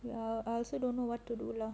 well I also don't know what to do lah